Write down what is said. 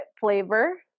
flavor